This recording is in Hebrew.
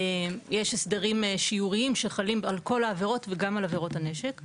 יש הסדרים שיוריים שחלים על כל העברות וגם על עבירות הנשק.